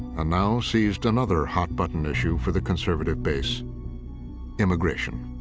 and now seized another hot-button issue for the conservative base immigration.